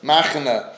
Machina